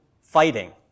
fighting